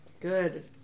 Good